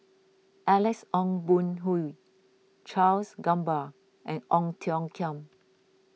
Alex Ong Boon Hau Charles Gamba and Ong Tiong Khiam